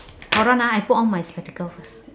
hold on ah I put on my spectacles first